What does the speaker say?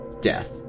Death